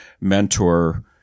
mentor